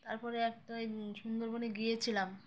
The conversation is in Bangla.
তারপরে একটাই সুন্দরবনে গিয়েছিলাম